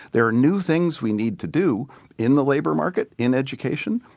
there are new things we need to do in the labor market, in education,